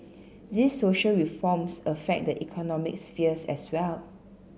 these social reforms affect the economic spheres as well